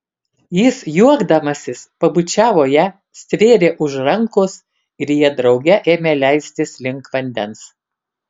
jis juokdamasis pabučiavo ją stvėrė už rankos ir jie drauge ėmė leistis link vandens